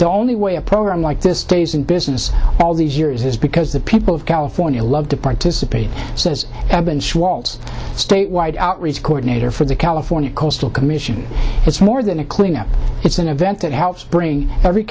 the only way a program like this stays in business all these years is because the people of california love to participate says statewide outreach coordinator for the california coastal commission it's more than a cleanup it's an event that helps bring every